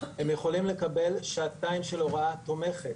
הם יכולים לקבל שעתיים של הוראה תומכת,